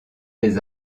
des